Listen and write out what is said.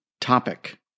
topic